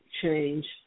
change